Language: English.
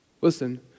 listen